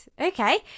okay